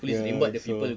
ya so